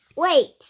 Wait